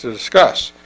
discuss,